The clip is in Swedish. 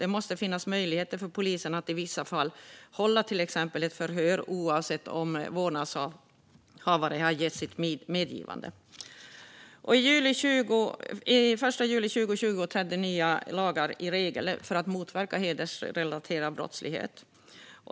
Det måste finnas möjligheter för polisen att i vissa fall till exempel hålla ett förhör oavsett om vårdnadshavare har gett sitt medgivande. Den 1 juli 2020 trädde nya lagar och regler i kraft som motverkar hedersrelaterad brottslighet.